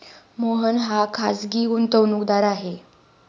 मोहन हा खाजगी गुंतवणूकदार आहे